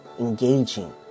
engaging